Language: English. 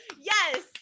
Yes